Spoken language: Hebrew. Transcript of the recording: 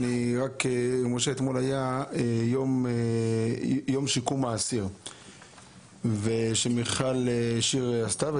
משה, אתמול היה יום שיקום האסיר שמיכל שיר עשתה.